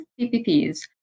PPPs